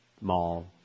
mall